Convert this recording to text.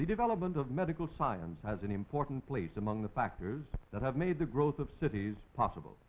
development of medical science has an important place among the factors that have made the growth of cities possible